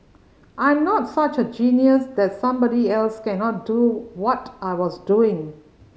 I'm not such a genius that somebody else cannot do what I was doing